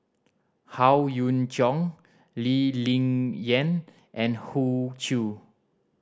Howe Yoon Chong Lee Ling Yen and Hoey Choo